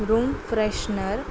room freshener